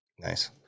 Nice